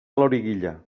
loriguilla